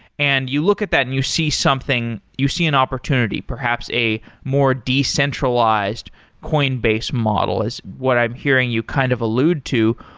and you look at that and you see something, you see an opportunity, perhaps a more decentralized coinbase model is what i'm hearing you kind of allude to.